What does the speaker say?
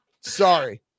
Sorry